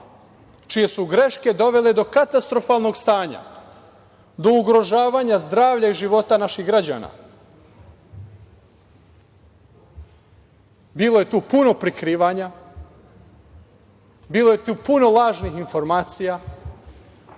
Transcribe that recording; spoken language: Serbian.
čije su greške dovele do katastrofalnog stanja, do ugrožavanja zdravlja i života naših građana. Bilo je tu puno prikrivanja, bilo je tu puno lažnih informacija